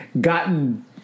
gotten